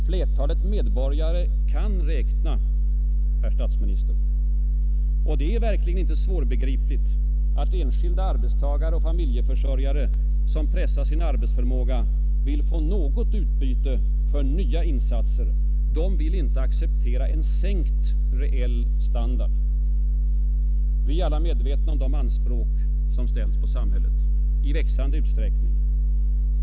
Flertalet medborgare kan räkna, herr statsminister. Och det är verkligen inte svårbegripligt att enskilda arbetstagare och familjeförsörjare, som pressar sin arbetsförmåga, vill få något utbyte för nya insatser. De vill inte acceptera en sänkt reell standard. Vi är alla medvetna om de anspråk som ställs på samhället. I växande omfattning.